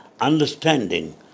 understanding